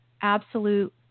absolute